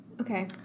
Okay